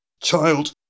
child